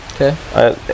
Okay